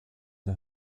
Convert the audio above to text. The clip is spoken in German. der